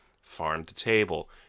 farm-to-table